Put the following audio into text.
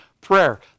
prayer